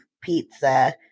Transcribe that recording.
pizza